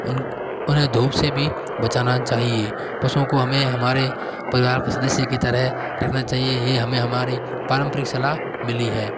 उन्हें धूप से भी बचना चाहिए पशुओं को हमें हमारे परिवार के सदस्य की तरह रखना चाहिए यह हमें हमारी पारंपरिक सलाह मिली है